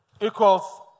equals